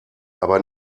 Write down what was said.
aber